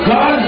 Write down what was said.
God